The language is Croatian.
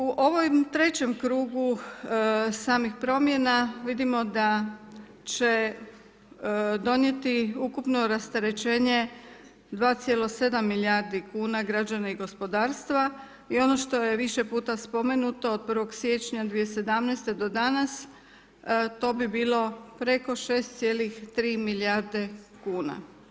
U ovom trećem krugu samih promjena, vidimo da će donijeti ukupno rasterećenje 2,7 milijardi kn građane i gospodarstva i ono što je više puta spomenuto, od 1.1.2017. do danas, to bi bilo preko 6,3 milijarde kuna.